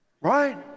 Right